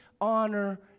honor